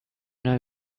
know